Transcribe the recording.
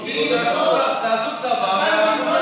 תעשו צבא ותקבלו.